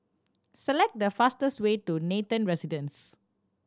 select the fastest way to Nathan Residence